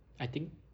I think